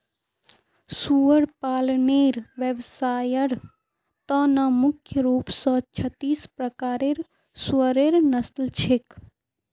सुअर पालनेर व्यवसायर त न मुख्य रूप स छत्तीस प्रकारेर सुअरेर नस्ल छेक